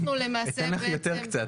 אני אתן לך קצת יותר,